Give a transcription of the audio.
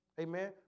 Amen